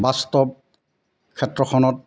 বাস্তৱ ক্ষেত্ৰখনত